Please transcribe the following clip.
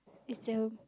it's the